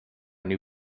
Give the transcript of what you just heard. new